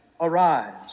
arise